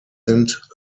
sind